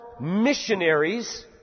missionaries